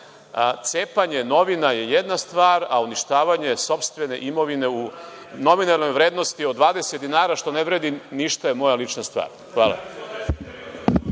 cepanje novina je jedna stvar, a uništavanje sopstvene imovine u nominalnoj vrednosti od 20 dinara, što ne vredi ništa, je moja lična stvar.